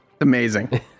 amazing